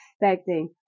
expecting